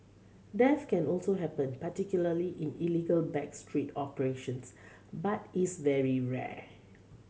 death can also happen particularly in illegal back street operations but is very rare